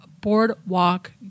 boardwalk